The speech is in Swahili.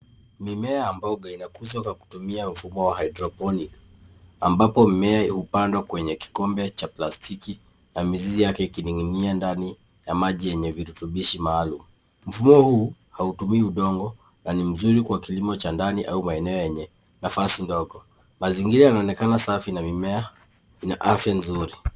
Mimea ya mboga inakuzwa kwa kutumia mfumo wa hydroponic ambapo mimea hupandwa kwenye kikombe cha plastiki na mizizi yake ikining'inia ndani ya maji yenye virutubishi maalum. Mfumo huu hautumii udongo na ni mzuri kwa kilimo cha ndani au maeneo yenye nafasi ndogo. Mazingira yanaonekana safi na mimea ina afya nzuri.